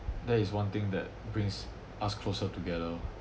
that is one thing that brings us closer together